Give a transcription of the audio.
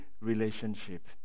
relationship